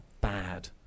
bad